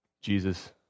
Jesus